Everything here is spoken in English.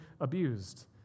abused